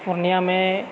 पूर्णियामे